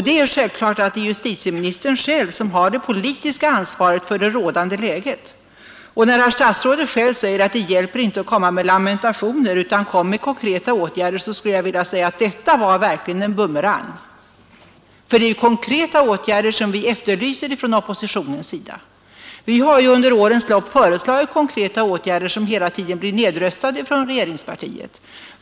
Det är självklart att det är justitieministern själv som har det politiska ansvaret för det rådande läget. Och när herr statsrådet anför att det inte hjälper att komma med lamentationer, utan att vi bör föreslå konkreta åtgärder, skulle jag vilja säga att detta verkligen var en bumerang, eftersom det är konkreta åtgärder som vi inom oppositionen efterlyser. Vi har under årens lopp föreslagit konkreta åtgärder men hela tiden blivit nedröstade av regeringspartiet.